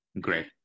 great